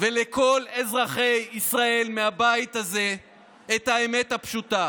ולכל אזרחי ישראל מהבית הזה את האמת הפשוטה.